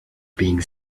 being